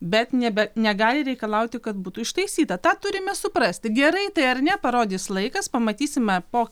bet nebe negali reikalauti kad būtų ištaisyta tą turime suprasti gerai tai ar ne parodys laikas pamatysime po